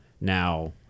now